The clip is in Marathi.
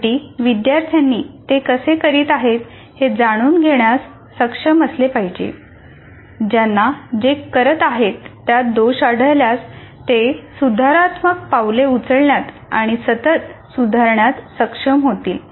शेवटी विद्यार्थ्यांनी ते कसे करीत आहेत हे जाणून घेण्यास सक्षम असले पाहिजे त्यांना जे करत आहेत त्यात दोष आढळल्यास ते सुधारात्मक पाऊले उचलण्यात आणि सतत सुधारण्यात सक्षम होतील